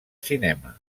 cinema